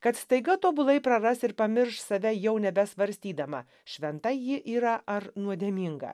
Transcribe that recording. kad staiga tobulai praras ir pamirš save jau nebesvarstydama šventa ji yra ar nuodėminga